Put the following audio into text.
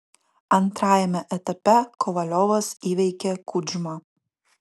antrajame etape kovaliovas įveikė kudžmą